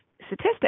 statistics